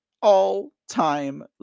all-time